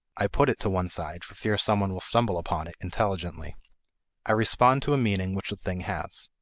i put it to one side for fear some one will stumble upon it, intelligently i respond to a meaning which the thing has.